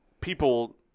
people